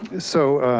so,